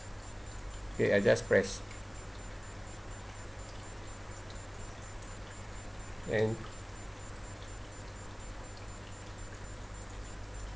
okay I just press and